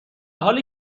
حالی